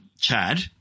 Chad